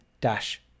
dash